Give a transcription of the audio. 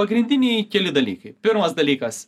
pagrindiniai dalykai pirmas dalykas